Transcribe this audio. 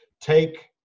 take